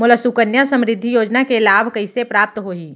मोला सुकन्या समृद्धि योजना के लाभ कइसे प्राप्त होही?